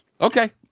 Okay